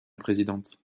présidente